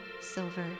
silver